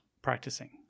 Practicing